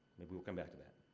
maybe we'll come back to that.